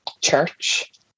church